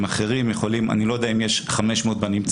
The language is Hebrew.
אחרים יכולים אני לא יודע אם יש 500 בנמצא,